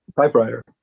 typewriter